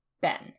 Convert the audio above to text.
Ben